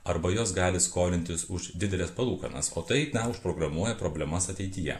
arba jos gali skolintis už dideles palūkanas o tai užprogramuoja problemas ateityje